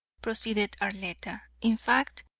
proceeded arletta. in fact,